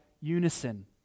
unison